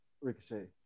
Ricochet